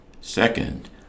Second